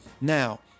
Now